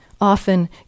Often